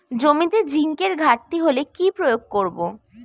জমিতে জিঙ্কের ঘাটতি হলে কি প্রয়োগ করব?